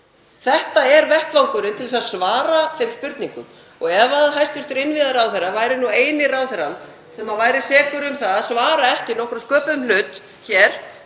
Þetta er vettvangurinn til þess að svara þeim spurningum. Ef hæstv. innviðaráðherra væri nú eini ráðherrann sem væri sekur um að svara ekki nokkrum sköpuðum hlut hér